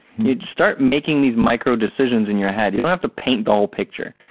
and you would start making these micro decisions in your head. you don't have to paint the whole picture.